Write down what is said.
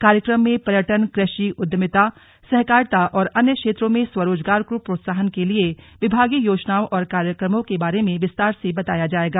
कार्यक्रम में पर्यटन कृषि उद्यमिता सहकारिता और अन्य क्षेत्रों में स्वरोजगार को प्रोत्साहन के लिए विभागीय योजनाओं और कार्यक्रमों के बारे में विस्तार से बताया जाएगा